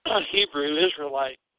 Hebrew-Israelite